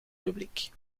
publiek